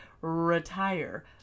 retire